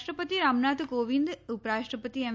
રાષ્ટ્રલપતિ રામનાથ કોવિંદ ઉપરાષ્ટ્રનપતિ એમ